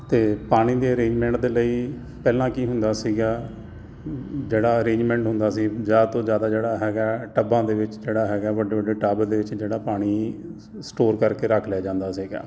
ਅਤੇ ਪਾਣੀ ਦੀ ਅਰੇਂਜਮੈਂਟ ਦੇ ਲਈ ਪਹਿਲਾਂ ਕੀ ਹੁੰਦਾ ਸੀਗਾ ਜਿਹੜਾ ਅਰੇਂਜਮੈਂਟ ਹੁੰਦਾ ਸੀ ਜ਼ਿਆਦਾ ਤੋਂ ਜ਼ਿਆਦਾ ਜਿਹੜਾ ਹੈਗਾ ਟੱਬਾਂ ਦੇ ਵਿੱਚ ਜਿਹੜਾ ਹੈਗਾ ਵੱਡੇ ਵੱਡੇ ਟੱਬ ਦੇ ਵਿੱਚ ਜਿਹੜਾ ਪਾਣੀ ਸਟੋਰ ਕਰਕੇ ਰੱਖ ਲਿਆ ਜਾਂਦਾ ਸੀਗਾ